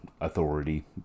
authority